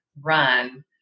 run